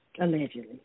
Allegedly